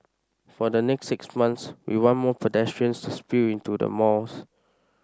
for the next six months we want more pedestrians to spill into the malls